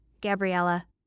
Gabriella